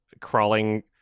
crawling